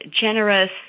generous